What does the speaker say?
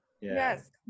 yes